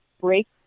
break